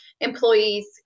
employees